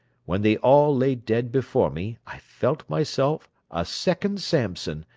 when they all lay dead before me, i felt myself a second samson,